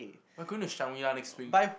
we're going to Shangri-La next week